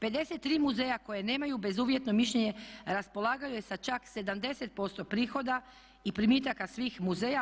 53% muzeja koja nemaju bezuvjetno mišljenje raspolažu sa čak 70% prihoda i primitaka svih muzeja.